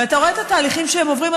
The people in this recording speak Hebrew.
ואתה רואה את התהליכים שהם עוברים,